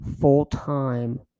full-time